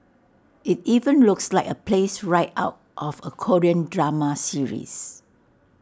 IT even looks like A place right out of A Korean drama series